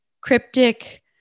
cryptic